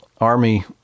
army